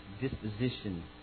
disposition